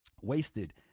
wasted